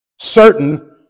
Certain